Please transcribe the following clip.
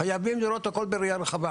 חייבים לראות הכול בראייה רחבה